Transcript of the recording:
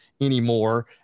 anymore